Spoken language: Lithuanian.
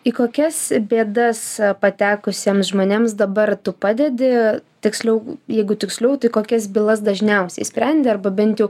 į kokias bėdas patekusiems žmonėms dabar tu padedi tiksliau jeigu tiksliau tai kokias bylas dažniausiai sprendi arba bent jau